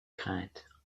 craintes